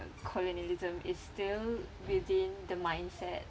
uh colonialism is still within the mindset